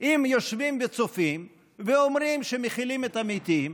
אם יושבים וצופים ואומרים שמכילים את המתים.